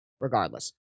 regardless